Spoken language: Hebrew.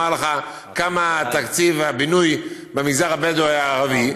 לך מה תקציב הבינוי במגזר הבדואי הערבי,